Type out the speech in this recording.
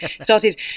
started